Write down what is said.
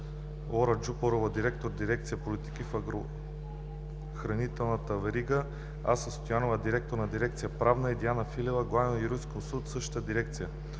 Лора Джупарова – директор на дирекция „Политики в агрохранителната верига“, Ася Стоянова – директор на дирекция „Правна“, и Диана Филева – главен юрисконсулт в същата дирекция.